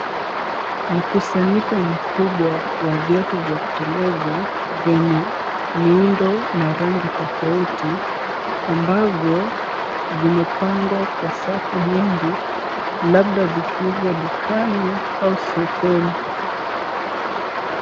Mkusanyiko mkubwa wa viatu vya kuteleza vyenye miundo na rangi tofauti ambavyo vimepangwa kwa safu nyingi, labda vikiuzwa dukani au sokoni.